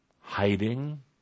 hiding